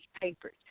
papers